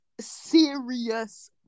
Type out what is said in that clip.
serious